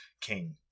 king